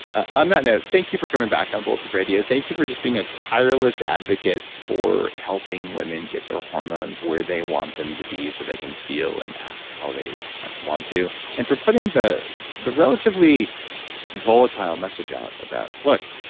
ah on that note thank you for coming back on bulletproof radio. thank you for just being a tireless advocate for helping women get their hormones where they want them to be so they can feel and act how they want to and for putting the the relatively volatile message out about, look,